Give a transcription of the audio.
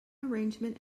arrangement